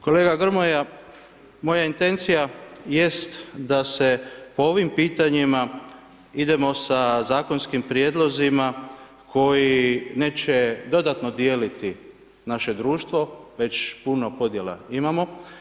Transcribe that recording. Kolega Grmoja, moja intencija, jest da se po ovim pitanjima, idemo sa zakonskim prijedlozima, koji neće dodatno dijeliti naše društvo, već puno podjela imamo.